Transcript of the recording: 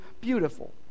beautiful